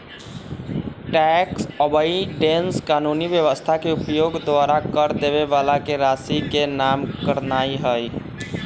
tax avoidance कानूनी व्यवस्था के उपयोग द्वारा कर देबे बला के राशि के कम करनाइ हइ